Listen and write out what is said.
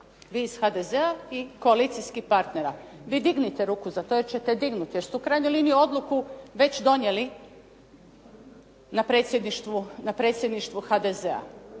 vi iz HDZ-a i koalicijskih partnera vi dignite ruku za to jer ćete dignuti, jer ste u krajnjoj liniji odluku već donijeli na Predsjedništvu HDZ-a.